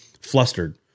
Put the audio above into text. flustered